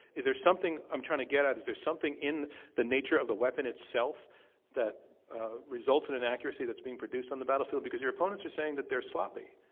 is there something i'm trying to get at, is there something in the nature of the weapon itself that that resulted in accuracy that's being produced on the battlefield? because your opponents are saying that they're sloppy.